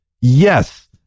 Yes